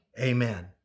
Amen